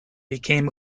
became